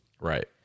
Right